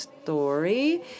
Story